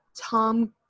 Tom